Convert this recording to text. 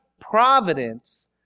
providence